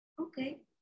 okay